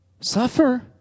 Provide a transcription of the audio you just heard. suffer